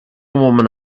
woman